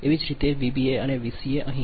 એ જ રીતે વીબીએ અને વીસીએ અહીં